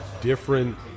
different